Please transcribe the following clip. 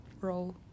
role